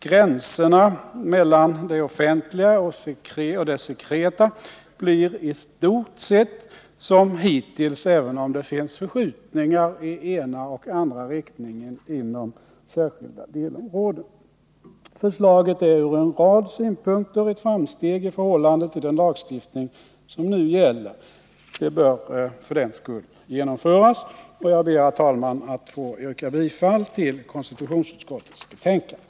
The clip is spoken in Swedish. Gränserna mellan det offentliga och det sekreta blir i stort sett som hittills, även om det finns förskjutningar i ena eller andra riktningen inom särskilda delområden. Men förslaget är ur en rad synpunkter ett framsteg i förhållande till den lagstiftning som nu gäller. Det bör för den skull genomföras. Jag ber, herr talman, att få yrka bifall till konstitutionsutskottets hemställan.